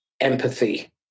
empathy